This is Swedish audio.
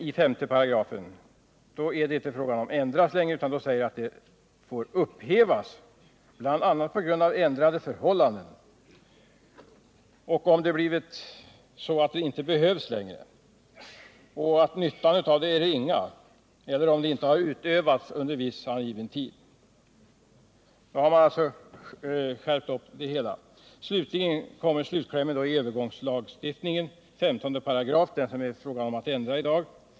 I 5 § är det inte längre fråga om ändring, utan där heter det att servitut får upphävas bl.a. på grund av ändrade förhållanden, om det inte längre behövs, om nyttan av det är ringa eller om det inte har utövats under viss tid. Där har man skärpt upp det hela. Slutklämmen kommer i övergångslagstiftningen, 15 §, den som det är fråga om att ändra i dag.